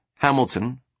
Hamilton